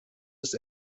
des